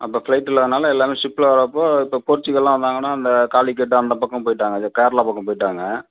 அப்போ பிளைட் இல்லாதனால் எல்லாமே ஷிப்பில் வர அப்போ இப்போ போர்ச்சுகல்ளாம் வந்தாங்கன்னா அந்த காலிக்கட்டு அந்த பக்கம் போயிட்டாங்க இந்த கேரளா பக்கம் போயிட்டாங்க